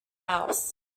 house